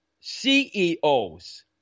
CEOs